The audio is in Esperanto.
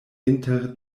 inter